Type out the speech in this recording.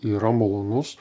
yra malonus